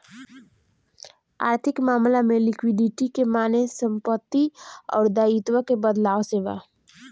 आर्थिक मामला में लिक्विडिटी के माने संपत्ति अउर दाईत्व के बदलाव से बा